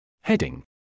Heading